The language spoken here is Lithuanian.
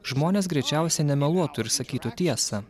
žmonės greičiausiai nemeluotų ir sakytų tiesą